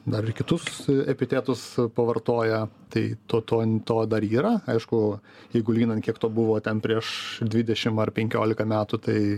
dar ir kitus epitetus pavartoja tai to to to dar yra aišku jeigu lyginant kiek to buvo ten prieš dvidešim ar penkiolika metų tai